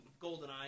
Goldeneye